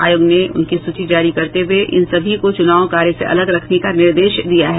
आयोग ने उनकी सूची जारी करते हये इन सभी को चूनाव कार्य से अलग रखने का निर्देश दिया है